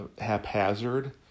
haphazard